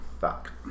fuck